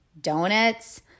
donuts